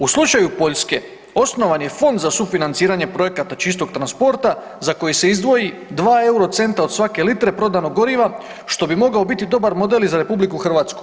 U slučaju Poljske osnovan je fond za sufinanciranje projekata čistog transporta za koji se izdvoji 2 eurocenta od svake litre prodanog goriva što bi mogao biti dobar model i za RH.